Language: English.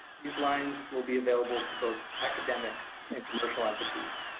these lines will be available to both academic and commercial entities.